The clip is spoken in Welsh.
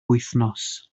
wythnos